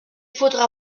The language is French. faudra